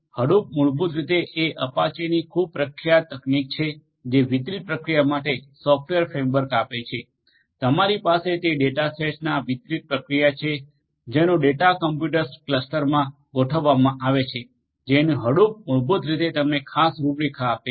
Hadoop મૂળભૂતરીતે એ અપાચેની ખૂબ પ્રખ્યાત તકનીક છે જે વિતરિત પ્રક્રિયા માટે સોફ્ટવેર ફ્રેમવર્ક આપે છે તમારી પાસે તે ડેટાસેટ્સના વિતરિત પ્રક્રિયા છે જેનો ડેટા કમ્પ્યુટર્સના ક્લસ્ટરમાં ગોઠ વવામા આવે છે જેની હડુપ મૂળભૂત રીતે તમને ખાસ રૂપરેખા આપે છે